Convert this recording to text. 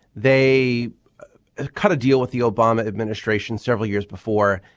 they cut a deal with the obama administration several years before.